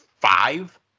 Five